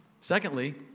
Secondly